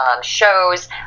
shows